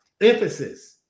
emphasis